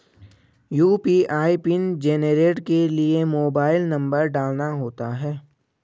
UPI PIN generate के लिए mobile number डालना होता है